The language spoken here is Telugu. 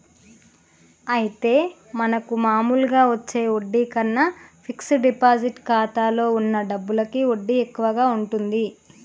అయితే మనకు మామూలుగా వచ్చే వడ్డీ కన్నా ఫిక్స్ డిపాజిట్ ఖాతాలో ఉన్న డబ్బులకి వడ్డీ ఎక్కువగా ఉంటుంది